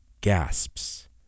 gasps